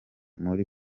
muri